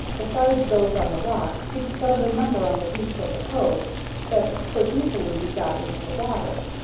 besides those on the rocks he discovered a number on the beach of the cove that could easily be got into the water.